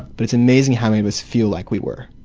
but it's amazing how many of us feel like we were.